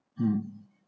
hmm